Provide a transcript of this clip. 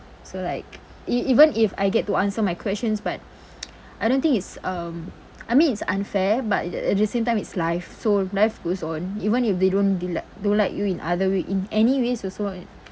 so like e~ even if I get to answer my questions but I don't think it's um I mean it's unfair but at the same time it's life so life goes on even if they don't they like don't like you in other way in any ways also